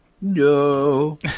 No